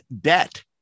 debt